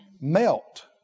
Melt